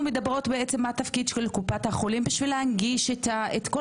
אנו מדברים על תפקיד קופת החולים כדי להנגיש את כל